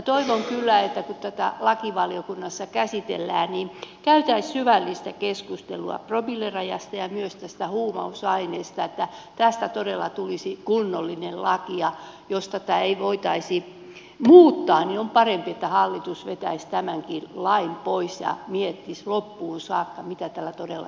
toivon kyllä että kun tätä lakivaliokunnassa käsitellään niin käytäisiin syvällistä keskustelua promillerajasta ja myös näistä huumausaineista että tästä todella tulisi kunnollinen laki ja jos tätä ei voitaisi muuttaa niin on parempi että hallitus vetäisi tämänkin lain pois ja miettisi loppuun saakka mitä tällä todella tarkoitetaan